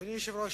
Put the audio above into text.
אדוני היושב-ראש,